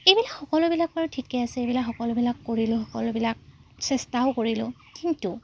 এইবিলাক সকলোবিলাক বাৰু ঠিকে আছে এইবিলাক সকলোবিলাক কৰিলোঁ সকলোবিলাক চেষ্টাও কৰিলোঁ কিন্তু